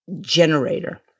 generator